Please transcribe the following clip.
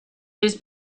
his